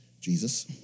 Jesus